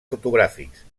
fotogràfics